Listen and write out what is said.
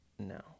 No